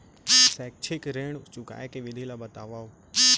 शैक्षिक ऋण चुकाए के विधि ला बतावव